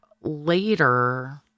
later